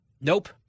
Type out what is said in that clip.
Nope